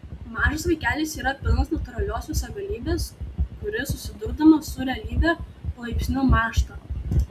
mažas vaikelis yra pilnas natūralios visagalybės kuri susidurdama su realybe palaipsniui mąžta